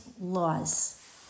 laws